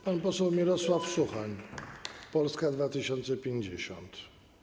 Pan poseł Mirosław Suchoń, Polska 2050.